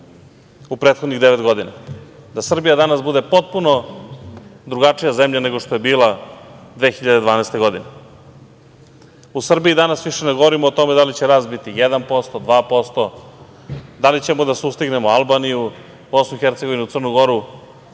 u prethodnih 9 godina, da Srbija danas bude potpuno drugačija zemlja nego što je bila 2012. godine.U Srbiji danas, više ne govorimo o tome da li će rast biti 1%, 2%, da li ćemo da sustignemo Albaniju, BiH, Crnu Goru,